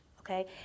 Okay